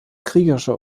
kriegerische